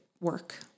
work